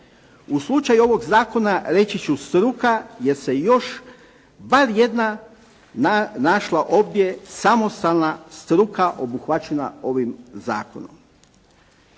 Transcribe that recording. U slučaju ovog zakona reći ću struka jer se još bar jedna našla ovdje samostalna struka obuhvaćena ovim zakonom.